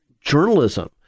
Journalism